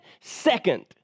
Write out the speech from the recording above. second